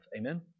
Amen